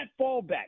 fallback